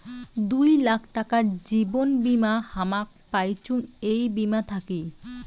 দুই লাখ টাকার জীবন বীমা হামাক পাইচুঙ এই বীমা থাকি